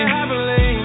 happily